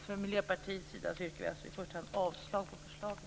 Från Miljöpartiets sida yrkar vi alltså i första hand avslag på förslaget.